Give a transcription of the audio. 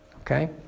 Okay